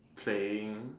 playing